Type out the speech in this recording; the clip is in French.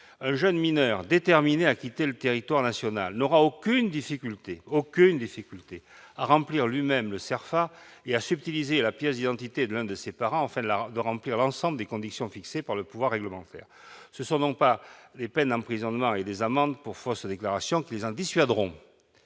Un jeune mineur déterminé à quitter le territoire national n'aura aucune difficulté à remplir lui-même le CERFA et à subtiliser la pièce d'identité de l'un de ses parents afin de remplir l'ensemble des conditions fixées par le pouvoir réglementaire. Ce ne sont pas les peines d'emprisonnement et des amendes pour fausse déclaration qui le dissuaderont.